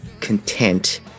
content